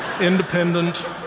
independent